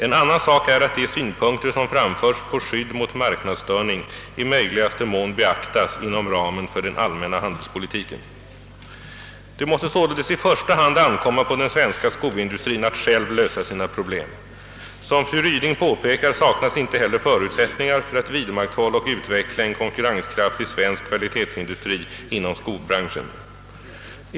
En annan sak är att de synpunkter som framförs på skydd mot marknadsstörning i möjligaste mån beaktas inom ramen för den allmänna handelspolitiken. Det måste således i första hand ankomma på den svenska skoindustrin att själv lösa sina problem. Som fru Ryding påpekar saknas inte heller förutsättningar för att vidmakthålla och utveckla en konkurrenskraftig svensk kvalitetsindustri inom skobranschen.